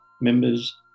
members